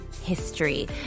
History